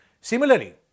Similarly